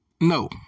no